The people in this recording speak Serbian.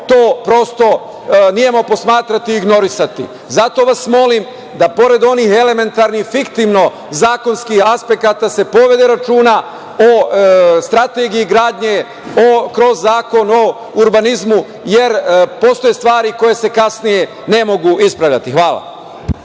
to prosto nemo posmatrati i ignorisati. Zato vas molim da pored onih elementarnih i fiktivno zakonskih aspekata se povede računa o strategiji gradnje, kroz Zakon o urbanizmu, jer postoje stvari koje se kasnije ne mogu ispravljati. Hvala.